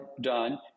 done